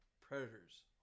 Predator's